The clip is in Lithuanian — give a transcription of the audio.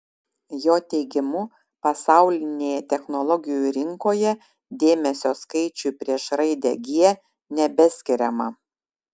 jo teigimu pasaulinėje technologijų rinkoje dėmesio skaičiui prieš raidę g nebeskiriama